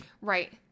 Right